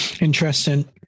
Interesting